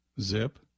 Zip